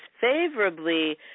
favorably